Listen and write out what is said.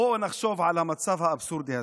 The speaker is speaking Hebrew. בואו נחשוב על המצב האבסורדי הזה,